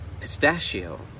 pistachio